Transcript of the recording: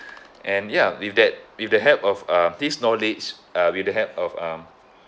and ya with that with the help of uh this knowledge uh with the help of um